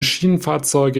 schienenfahrzeuge